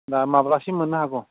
दा माब्लासिम मोननो हागौ